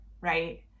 right